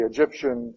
Egyptian